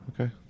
Okay